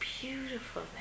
beautiful